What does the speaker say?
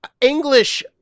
English